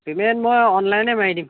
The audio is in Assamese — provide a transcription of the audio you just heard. পেমেণ্ট মই অনলাইনে মাৰি দিম